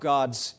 God's